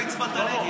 אתה הצבעת נגד.